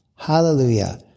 Hallelujah